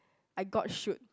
I got shoot